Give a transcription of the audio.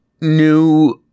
new